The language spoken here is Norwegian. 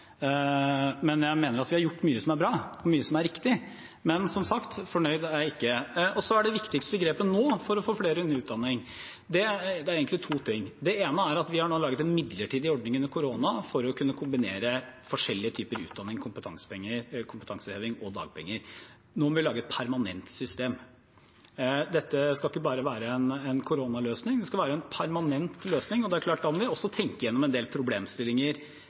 Jeg mener at vi har gjort mye som er bra og mye som er riktig, men som sagt: fornøyd er jeg ikke. Det viktigste grepet nå for å få flere inn i utdanning er egentlig to ting: Det ene er at vi nå har laget en midlertidig ordning under korona for å kunne kombinere forskjellige typer utdanning/kompetanseheving og dagpenger. Noen vil lage et permanent system. Dette skal ikke bare være en koronaløsning, det skal være en permanent løsning, og det klart at da må vi også tenke igjennom en del problemstillinger,